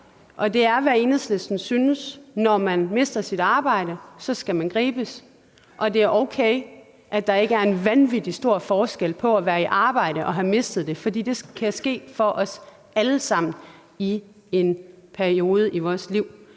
og det er, hvad Enhedslisten synes, nemlig at når man mister sit arbejde, skal man gribes, og at det er okay, at der ikke er en vanvittig stor forskel på at være i arbejde og at have mistet det, for det kan ske for os alle sammen i en periode i vores liv.